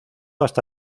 hasta